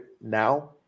now